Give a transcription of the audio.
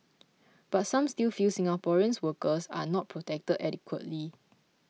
but some still feel Singaporeans workers are not protected adequately